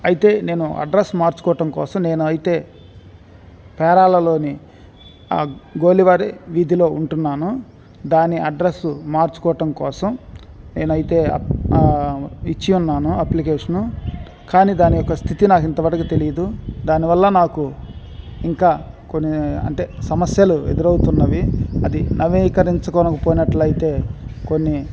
అయితే నేను అడ్రస్ మార్చుకోవటం కోసం నేను అయితే పేరాలలోని గోలివారి వీధిలో ఉంటున్నాను దాని అడ్రస్సు మార్చుకోవటం కోసం నేనైతే ఇచ్చి ఉన్నాను అప్లికేషన్ కానీ దాని యొక్క స్థితి నాకి ఇంతవరకి తెలీదు దానివల్ల నాకు ఇంకా కొన్ని అంటే సమస్యలు ఎదురువుతున్నవి అది నవీకరించుకొనకపోనట్లయితే కొన్ని